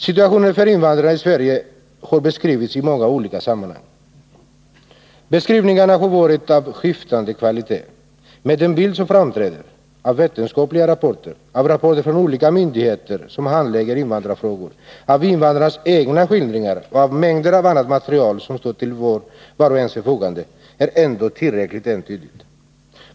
Situationen för invandrarna i Sverige har beskrivits i många olika sammanhang. Beskrivningarna har varit av skiftande kvalitet, men den bild som framträder — i vetenskapliga rapporter, rapporter från olika myndigheter som handlägger invandrarfrågor, invandrarnas egna skildringar och mängder av annat material som står till vars och ens förfogande — är ändå tillräckligt entydig.